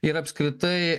ir apskritai